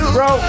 Bro